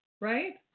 right